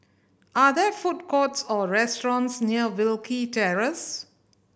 are there food courts or restaurants near Wilkie Terrace